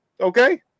Okay